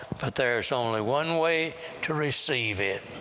but there is only one way to receive it.